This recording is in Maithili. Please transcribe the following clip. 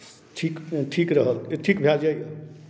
ठीक ठीक रहल ठीक भए जाइए